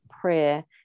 prayer